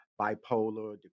bipolar